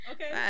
Okay